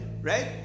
right